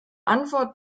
antwort